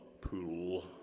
pool